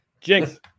Jinx